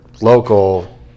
local